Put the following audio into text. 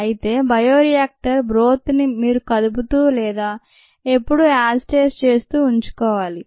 అయితే bioreactor broth ని మీరు కదుపుతూ లేదా ఎప్పుడూ యాజిటేట్ చేస్తూ ఉంచుకోవాలి